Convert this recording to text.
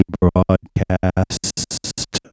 broadcast